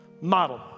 model